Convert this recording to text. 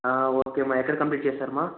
okay మా ఎక్కడ complete చేసారు అమ్మ